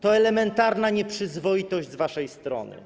To elementarna nieprzyzwoitość z waszej strony.